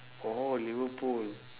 oh liverpool